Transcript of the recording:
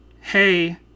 hey